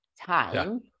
time